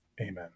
Amen